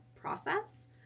process